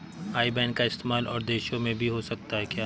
आई ban का इस्तेमाल और देशों में भी हो सकता है क्या?